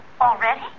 Already